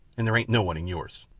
and there ain't no one in yours.